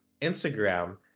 Instagram